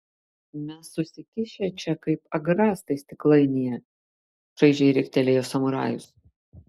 mes susikišę čia kaip agrastai stiklainyje čaižiai riktelėjo samurajus